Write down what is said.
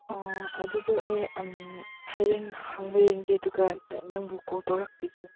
ꯑꯗꯨꯗꯣ ꯑꯩ ꯍꯌꯦꯡ ꯍꯥꯡꯕ꯭ꯔꯥ ꯌꯦꯡꯒꯦ ꯑꯗꯨꯒ ꯅꯪꯕꯨ ꯀꯣꯜ ꯇꯧꯔꯛꯄꯤꯒꯦ